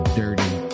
dirty